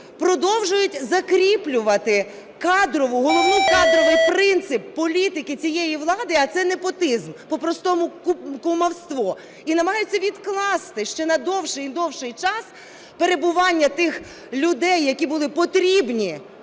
продовжують закріплювати головний кадровий принцип політики цієї влади, а це непотизм, по-простому, кумівство, і намагаються відкласти ще на довший і довший час перебування тих людей, які були потрібні